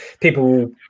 people